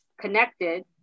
connected